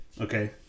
Okay